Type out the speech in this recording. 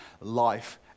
life